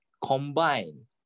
combine